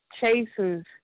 chases